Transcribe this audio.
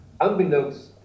Unbeknownst